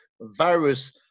virus